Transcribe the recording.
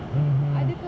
mm hmm